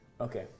Okay